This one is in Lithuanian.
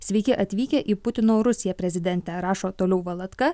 sveiki atvykę į putino rusiją prezidente rašo toliau valatka